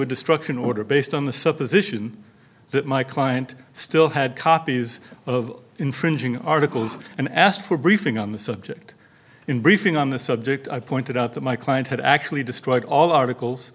a destruction order based on the supposition that my client still had copies of infringing articles and asked for a briefing on the subject in briefing on the subject i pointed out that my client had actually destroyed all articles